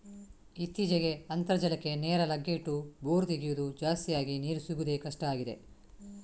ಇತ್ತೀಚೆಗೆ ಅಂತರ್ಜಲಕ್ಕೆ ನೇರ ಲಗ್ಗೆ ಇಟ್ಟು ಬೋರು ತೆಗೆಯುದು ಜಾಸ್ತಿ ಆಗಿ ನೀರು ಸಿಗುದೇ ಕಷ್ಟ ಆಗಿದೆ